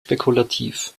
spekulativ